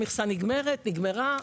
המכסה נגמרת, נגמרה.